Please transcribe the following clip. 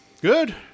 Good